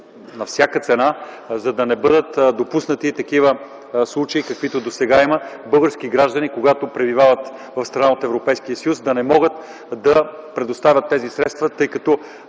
на всяка цена, за да не бъдат допуснати такива случаи, каквито досега има – български граждани, когато пребивават в страна от Европейския съюз, да не могат да предоставят тези средства, тъй като